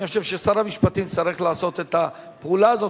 אני חושב ששר המשפטים צריך לעשות את הפעולה הזאת,